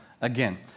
again